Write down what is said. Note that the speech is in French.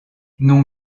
non